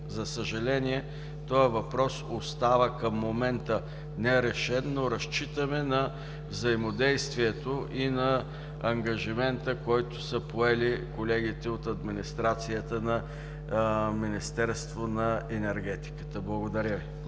За съжаление, този въпрос остава към момента нерешен, но разчитаме на взаимодействието и на ангажимента, който са поели колегите от администрацията на Министерството на енергетиката. Благодаря Ви.